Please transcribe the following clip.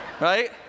Right